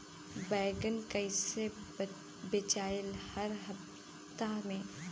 बैगन कईसे बेचाई हर हफ्ता में?